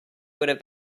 would